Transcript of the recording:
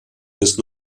bis